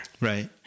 right